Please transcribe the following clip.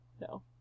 no